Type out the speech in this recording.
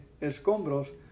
escombros